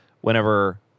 whenever